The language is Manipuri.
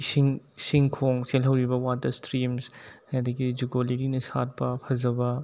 ꯏꯁꯤꯡ ꯏꯁꯤꯡ ꯈꯣꯡ ꯆꯦꯜꯍꯧꯔꯤꯕ ꯋꯥꯇꯔ ꯏꯁꯇ꯭ꯔꯤꯝꯁ ꯑꯗꯒꯤ ꯖꯨꯀꯣ ꯂꯤꯂꯤꯅ ꯁꯥꯠꯄ ꯐꯖꯕ